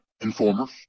informers